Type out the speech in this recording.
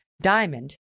Diamond